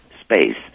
space